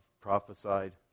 prophesied